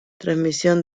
transmisión